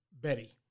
Betty